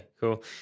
cool